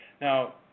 Now